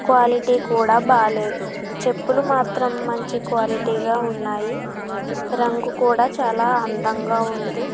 quality కూడా బాగాలేదు చెప్పులు మాత్రం మంచి క్వాలిటీగా ఉన్నాయి రంగు కూడా చాలా అందంగా ఉంది